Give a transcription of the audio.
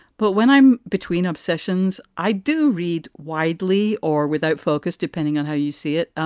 but when i'm between obsessions, i do read widely or without focus, depending on how you see it.